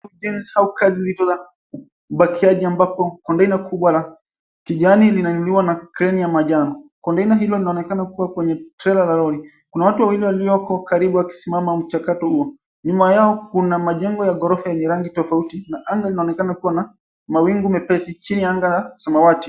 ...au kazi zito la bakiaji ambapo kontaina kubwa la kijani linainuliwa na kreini ya manjano. Konnteina hilo linaonekana kuwa kwenye trela la lori. Kuna watu wawili walioko karibu wakisimama mchakato huo. Nyuma yao kuna majengo ya ghorofa yenye rangi tofauti na anga linaonekana kuwa na mawingu mepesi chini ya anga la samawati.